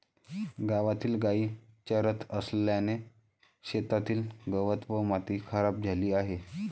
गावातील गायी चरत असल्याने शेतातील गवत व माती खराब झाली आहे